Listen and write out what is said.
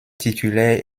titulaire